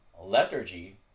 lethargy